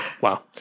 Wow